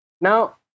now